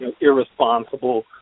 irresponsible